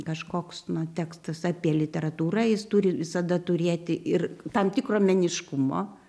kažkoks nu tekstas apie literatūrą jis turi visada turėti ir tam tikro meniškumo